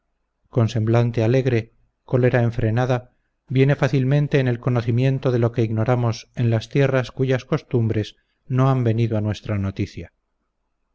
con semblante alegre cólera enfrenada viene fácilmente en el conocimiento de lo que ignoramos en las tierras cuyas costumbres no han venido a nuestra noticia